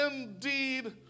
indeed